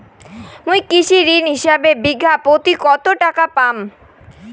মুই কৃষি ঋণ হিসাবে বিঘা প্রতি কতো টাকা পাম?